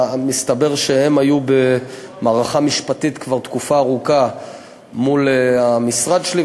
מסתבר שהם היו במערכה משפטית כבר תקופה ארוכה מול המשרד השלי.